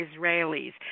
Israelis